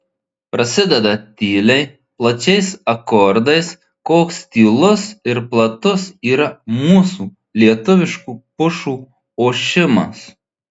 prasideda tyliai plačiais akordais koks tylus ir platus yra mūsų lietuviškų pušų ošimas